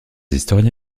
historiens